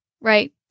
right